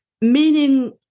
meaning